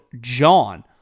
John